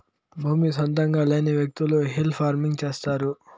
భూమి సొంతంగా లేని వ్యకులు హిల్ ఫార్మింగ్ చేస్తారు